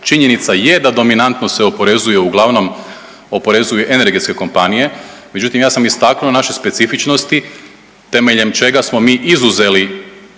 Činjenica je da dominantno se oporezuje uglavnom oporezuje energetske kompanije, međutim ja sam istaknuo naše specifičnosti temeljem čega smo mi izuzeli